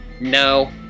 No